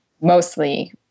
mostly